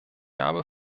habe